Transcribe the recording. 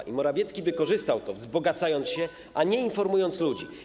I Morawiecki wykorzystał to, wzbogacając się, a nie informując ludzi.